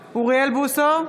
בוסו,